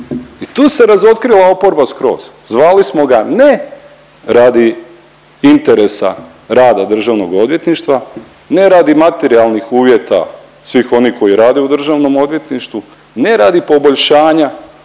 I tu se razotkrila oporba skroz zvali smo ga ne radi interesa rada državnog odvjetništva, ne radi materijalnih uvjeta svih onih koji rade u državnom odvjetništvu, ne radi poboljšanja